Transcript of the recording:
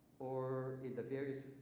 or in the various